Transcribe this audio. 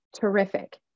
Terrific